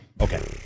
okay